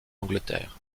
angleterre